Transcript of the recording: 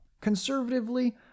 Conservatively